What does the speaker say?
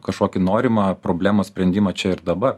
kažkokį norimą problemos sprendimą čia ir dabar